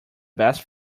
best